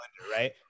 right